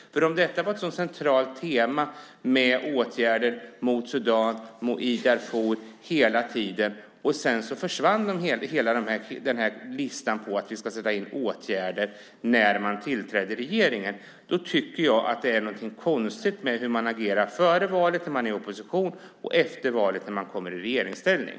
Det var ett så centralt tema med åtgärder mot Sudan i Darfur hela tiden, och så försvann hela listan på åtgärder som ska sättas in när man tillträdde i regeringen. Jag tycker att det är något konstigt med hur man agerar före valet, när man är i opposition, och efter valet, när man kommer i regeringsställning.